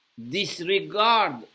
disregard